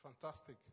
Fantastic